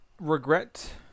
regret